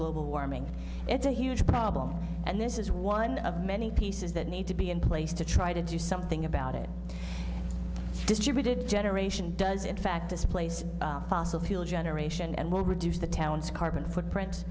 global warming it's a huge problem and this is one of many pieces that need to be in place to try to do something about it distributed generation does in fact displace fossil fuel generation and will reduce the town's carbon footprint